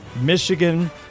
Michigan